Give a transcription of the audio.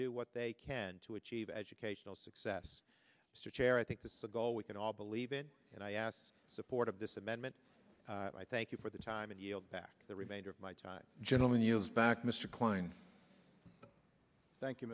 do what they can to achieve educational success search area i think that's the goal we can all believe in and i asked the support of this amendment i thank you for the time and yield back the remainder of my time gentleman yield back mr kline thank you